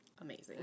amazing